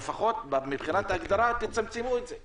לפחות תמצמצו את זה מבחינת ההגדרה.